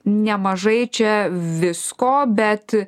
nemažai čia visko bet